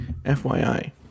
FYI